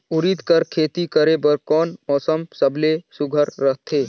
उरीद कर खेती करे बर कोन मौसम सबले सुघ्घर रहथे?